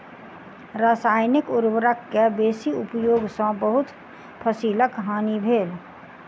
रसायनिक उर्वरक के बेसी उपयोग सॅ बहुत फसीलक हानि भेल